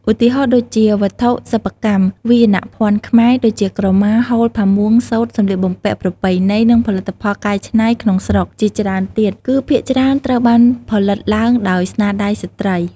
ឧទាហរណ៍ដូចជា វត្ថុសិប្បកម្ម វាយនភ័ណ្ឌខ្មែរ ដូចជា ក្រមា ហូល ផាមួង សូត្រ សំលៀកបំពាក់ប្រពៃណី និងផលិតផលកែច្នៃក្នុងស្រុកជាច្រើនទៀត គឺភាគច្រើនត្រូវបានផលិតឡើងដោយស្នាដៃស្ត្រី។